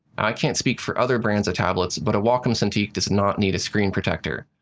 i can't speak for other brands of tablets, but a wacom cintiq does not need a screen protector.